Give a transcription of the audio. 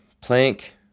plank